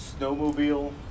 Snowmobile